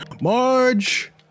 Marge